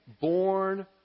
born